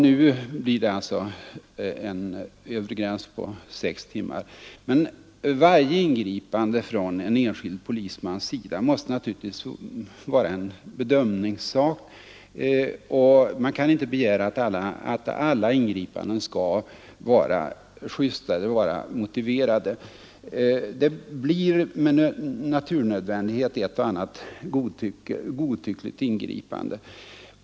Nu blir det alltså en övre gräns på 6 timmar. Men varje ingripande från en enskild polismans sida måste naturligtvis vara en bedömningssak, och man kan inte begära att alla ingripanden skall vara justa eller motiverade. Med naturnödvändighet blir det ett och annat helt godtyckligt ingripande.